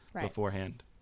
beforehand